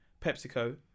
PepsiCo